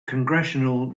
congressional